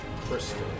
crystal